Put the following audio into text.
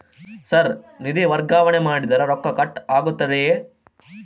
Sir ನಿಧಿ ವರ್ಗಾವಣೆ ಮಾಡಿದರೆ ರೊಕ್ಕ ಕಟ್ ಆಗುತ್ತದೆಯೆ?